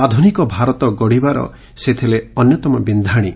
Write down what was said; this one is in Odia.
ଆଧୁନିକ ଭାରତ ଗଢିବାର ସେ ଥିଲେ ଅନ୍ୟତମ ବିକ୍ଷାଣୀ